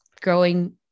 growing